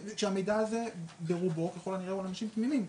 כשהמידע הזה ברובו ככל הנראה הוא על אנשים תמימים,